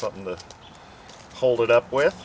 something to hold it up with